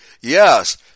Yes